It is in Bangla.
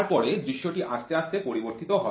তারপরে দৃশ্যটি আস্তে আস্তে পরিবর্তিত হয়